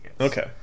Okay